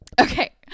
Okay